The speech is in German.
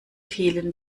vielen